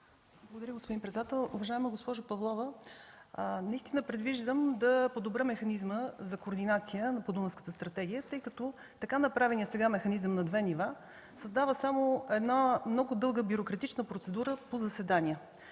Благодаря, господин председател. Уважаема госпожо Павлова, предвиждам да подобря механизма за координация по Дунавската стратегия, тъй като така направеният сега механизъм на две нива създава само много дълга бюрократична процедура по заседания.